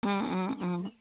অঁ অঁ অঁ